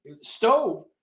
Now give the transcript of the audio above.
stove